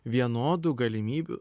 vienodų galimybių